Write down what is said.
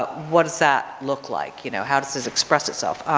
but what does that look like? you know, how does this express itself?